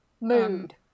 Mood